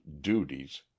duties